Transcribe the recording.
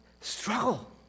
struggle